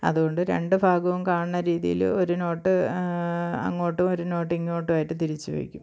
അതുകൊണ്ട് രണ്ടു ഭാഗവും കാണണ രീതിയിൽ ഒരു നോട്ട് അങ്ങോട്ടും ഒരു നോട്ട് ഇങ്ങോട്ടുമായിട്ട് തിരിച്ചു വയ്ക്കും